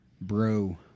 Bro